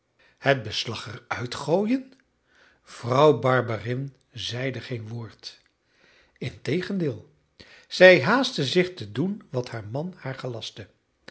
het beslag er uit gooien vrouw barberin zeide geen woord integendeel zij haastte zich te doen wat haar man haar gelastte